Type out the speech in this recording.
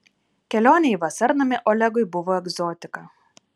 kelionė į vasarnamį olegui buvo egzotika